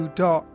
dot